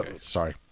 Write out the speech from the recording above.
Sorry